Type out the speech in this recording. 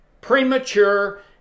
premature